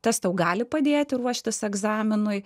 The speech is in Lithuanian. kas tau gali padėti ruoštis egzaminui